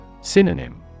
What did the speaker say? Synonym